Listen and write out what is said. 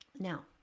Now